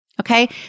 Okay